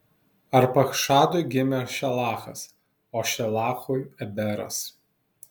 arpachšadui gimė šelachas o šelachui eberas